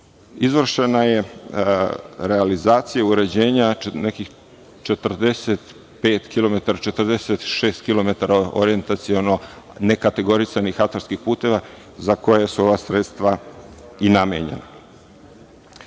izvršena je realizacija uređenja nekih 45, 46 kilometara orijentaciono nekategorisanih atarskih puteva za koja su ova sredstva i namenjena. Ovaj